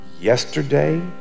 yesterday